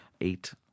eight